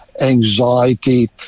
anxiety